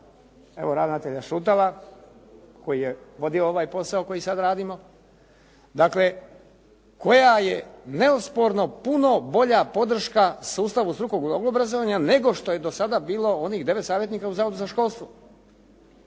evo ravnatelja Šutala koji je vodio ovaj posao koji sad radimo, dakle koja je neosporno puno bolja podrška sustavu strukovnog obrazovanja nego što je do sada bilo onih devet savjetnika u Zavodu za školstvo